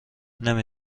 نمی